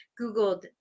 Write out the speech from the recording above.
Googled